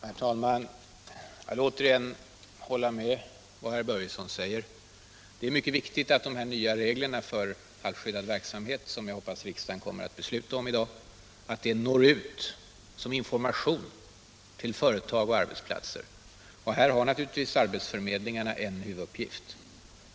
Herr talman! Jag vill åter igen hålla med i det herr Börjesson i Falköping säger. Det är mycket viktigt att de nya regler för halvskyddad verksamhet, som jag hoppas att riksdagen kommer att besluta om i dag, når ut som information till företag och på arbetsplatser. Här har naturligtvis arbets — Nr 47 förmedlingarna en huvuduppgift.